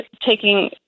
taking